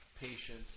patient